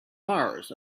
mars